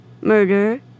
murder